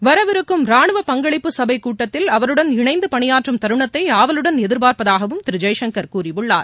வரவிருக்கும் ரானுவ பங்களிப்பு சபைக்கூட்டத்தில் அவருடன் இணைந்துபணியாற்றும் தருணத்தைஆவலுடன் எதிர்பார்ப்பதாகவும் திருஜெய்சங்கர் கூறியுள்ளார்